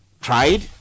tried